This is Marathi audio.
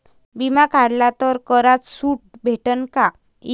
बिमा काढला तर करात सूट भेटन काय?